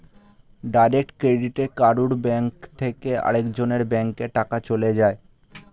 direct ক্রেডিটে কারুর bank থেকে আরেক জনের ব্যাংকে টাকা চলে যায়